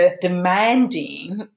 demanding